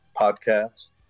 podcasts